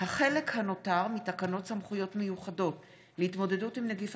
החלק הנותר מתקנות סמכויות מיוחדות להתמודדות עם נגיף